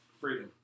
freedom